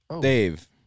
Dave